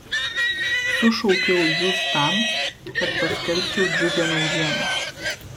sušaukiau jus tam kad paskelbčiau džiugią naujieną